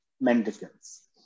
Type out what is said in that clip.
mendicants